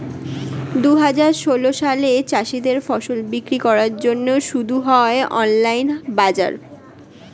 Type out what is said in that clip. দুহাজার ষোল সালে চাষীদের ফসল বিক্রি করার জন্যে শুরু হয় অনলাইন বাজার